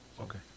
okay